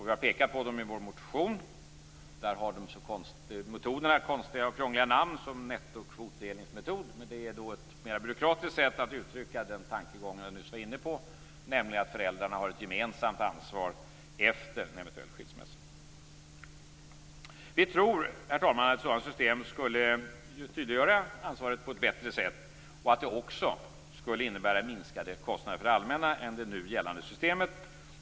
Vi har pekat på dem i vår motion. Där har metoderna konstiga och krångliga namn som t.ex. nettokvotdelningsmetod, men det är ett mer byråkratiskt sätt att uttrycka den tankegång jag nyss var inne på, nämligen att föräldrarna har ett gemensamt ansvar efter en eventuell skilsmässa. Herr talman! Vi tror att ett sådant system skulle tydliggöra ansvaret på ett bättre sätt och att det också skulle innebära minskade kostnader för det allmänna jämfört med det nu gällande systemet.